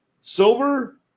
silver